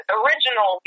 original